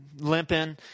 limping